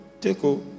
takeo